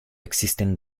existen